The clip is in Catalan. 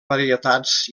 varietats